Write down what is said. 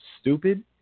stupid